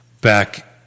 back